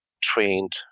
trained